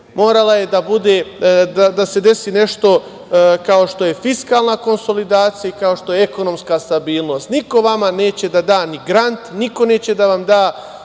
moralo je da se desi nešto kao što je fiskalna konsolidacija, kao što je ekonomska stabilnost. Niko vama neće da da ni grant, niko neće da vam da